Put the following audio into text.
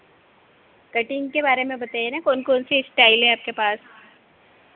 cutting के बारे में बताइए ना कौन कौन सी स्टाइल है आपके पास